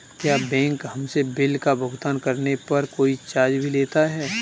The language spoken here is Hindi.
क्या बैंक हमसे बिल का भुगतान करने पर कोई चार्ज भी लेता है?